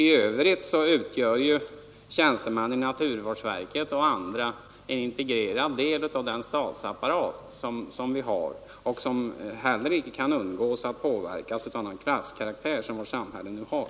I övrigt vill jag säga att tjänstemännen i naturvårdsverket utgör en integrerad del av den statsapparat som vi har och som heller inte kan undgå att påverkas av den klasskaraktär som vårt samhälle nu har.